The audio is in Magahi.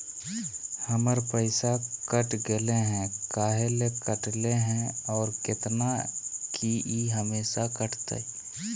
हमर पैसा कट गेलै हैं, काहे ले काटले है और कितना, की ई हमेसा कटतय?